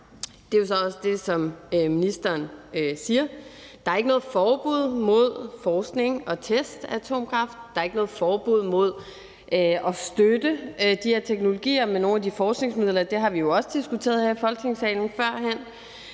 Det var også det, som ministeren sagde. Der er ikke noget forbud mod forskning og test af atomkraft; der er ikke noget forbud mod at støtte de her teknologier med nogle af de forskningsmidler, og det har vi jo også diskuteret her i Folketingssalen før.